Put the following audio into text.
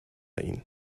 ihn